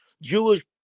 Jewish